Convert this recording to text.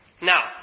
Now